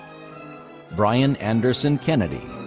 brian anderson kennedy.